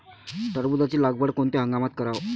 टरबूजाची लागवड कोनत्या हंगामात कराव?